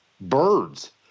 birds